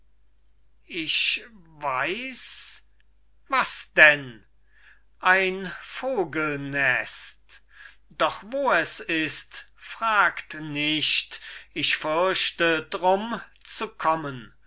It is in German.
ich weiß was denn ein vogelnest doch wo es ist fragt nicht ich fürchte drum zu kommen